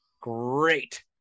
Great